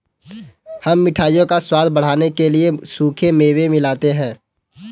हम मिठाइयों का स्वाद बढ़ाने के लिए सूखे मेवे मिलाते हैं